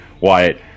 Wyatt